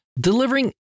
delivering